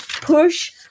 push